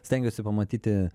stengiuosi pamatyti